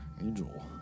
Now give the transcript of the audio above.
Angel